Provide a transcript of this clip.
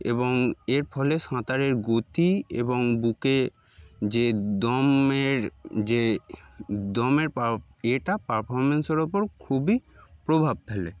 এবং এর ফলে সাঁতারের গতি এবং বুকে যে দমের যে দমের পা এটা পারফর্মেন্সের ওপর খুবই প্রভাব ফেলে